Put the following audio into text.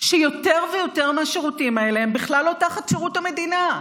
שיותר ויותר מהשירותים האלה הם בכלל לא תחת שירות המדינה.